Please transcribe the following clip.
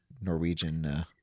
Norwegian